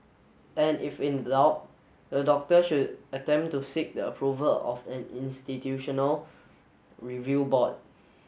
and if in doubt the doctor should attempt to seek the approval of an institutional review board